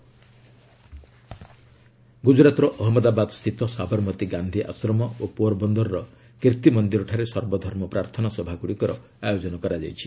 ଗାନ୍ଧୀ ଗୁଜୁରାତ ଗ୍ରଜ୍ତରାତର ଅହମ୍ମଦାବାଦସ୍ଥିତ ଶାବରମତୀ ଗାନ୍ଧୀ ଆଶ୍ରମ ଓ ପୋର୍ବନ୍ଦରର କୀର୍ତ୍ତିମନ୍ଦିରଠାରେ ସର୍ବଧର୍ମ ପ୍ରାର୍ଥନା ସଭାଗ୍ରଡ଼ିକର ଆୟୋଜନ କରାଯାଇଛି